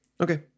Okay